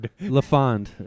LaFond